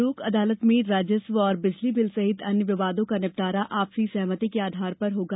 लोक अदालत में राजस्व और बिजली बिल सहित अन्य विवादों का निपटारा आपसी सहमति के आधार पर होगा